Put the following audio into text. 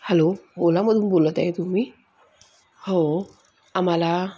hello ओलामधून बोलत आहे तुम्ही हो आम्हाला